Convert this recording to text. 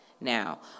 Now